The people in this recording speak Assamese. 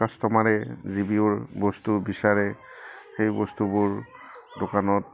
কাষ্টমাৰে যিবোৰ বস্তু বিচাৰে সেই বস্তুবোৰ দোকানত